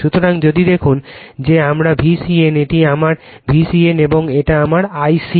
সুতরাং যদি দেখুন যে এটি আমার V CN এটি আমার V CN এবং এটি আমার I c